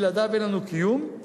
בלעדיו אין לנו קיום,